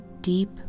deep